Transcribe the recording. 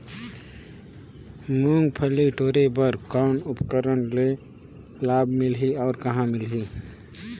मुंगफली टोरे बर कौन उपकरण ले लाभ मिलही अउ कहाँ मिलही?